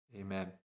amen